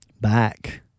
back